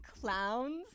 clowns